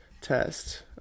test